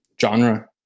genre